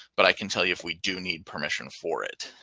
but i can tell you if we do need permission for it.